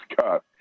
cut